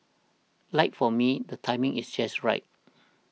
like for me the timing is just right